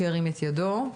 שירים את ידו.